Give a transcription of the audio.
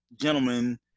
gentlemen